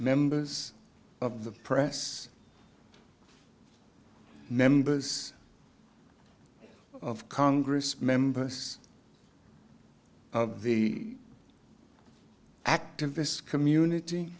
members of the press members of congress members of the activist community